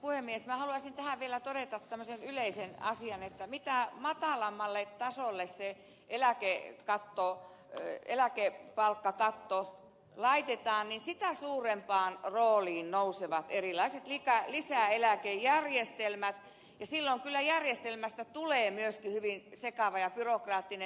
minä haluaisin tähän vielä todeta tämmöisen yleisen asian että mitä matalammalle tasolle se eläkkeen katto eli eläkkeet palkata eläkepalkkakatto laitetaan niin sitä suurempaan rooliin nousevat erilaiset lisäeläkejärjestelmät ja silloin kyllä järjestelmästä tulee myöskin hyvin sekava ja byrokraattinen